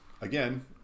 again